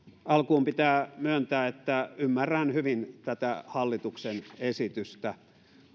alkuun pitää myöntää että ymmärrän hyvin tätä hallituksen esitystä